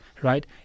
right